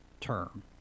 term